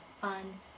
fun